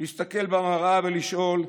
להסתכל במראה ולשאול: